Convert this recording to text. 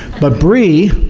but bree,